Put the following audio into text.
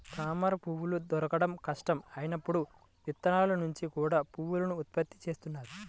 తామరపువ్వులు దొరకడం కష్టం అయినప్పుడు విత్తనాల నుంచి కూడా పువ్వులను ఉత్పత్తి చేస్తున్నారు